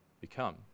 become